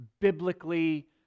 biblically